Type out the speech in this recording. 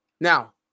Now